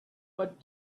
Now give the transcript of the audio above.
what